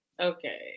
Okay